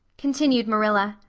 continued marilla,